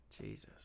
Jesus